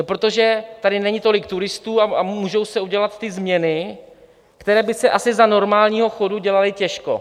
Protože tady není tolik turistů a můžou se udělat ty změny, které by se asi za normálního chodu dělaly těžko.